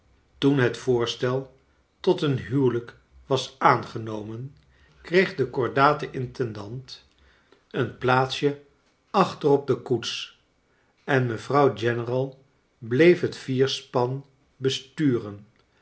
toen het voorstel tot een huwelijk was aangenomen kreeg de kordate intendant een plaats je achter op de koets en mevrouw general bleef het vierspan besturen